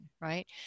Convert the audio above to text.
right